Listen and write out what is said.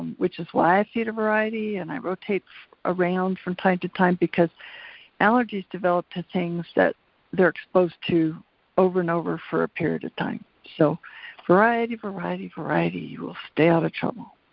which is why i feed a variety and i rotate around from time to time, because allergies develop to things that they're exposed to over and over for a period of time. so variety, variety, variety. you will stay outta trouble.